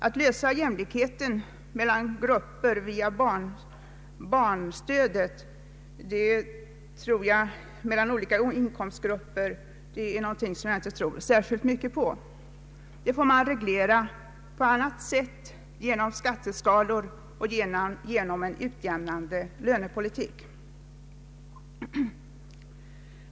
Att lösa jämlikhetsfrågan mellan olika inkomstgrupper via barnstödet tror jag inte särskilt mycket på. Denna fråga får man reglera på annat sätt, t.ex. genom skatteskalor och genom en utjämnande lönepolitik.